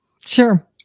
sure